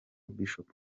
bishop